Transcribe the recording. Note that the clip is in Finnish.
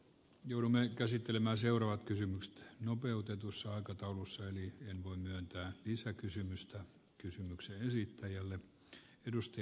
joudumme käsittelemään seuraa kysymystä nopeutetussa aikataulussa en voi myöntää visakysymystä kysymyksen esittäjälle edusti